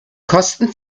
kosten